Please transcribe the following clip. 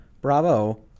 Bravo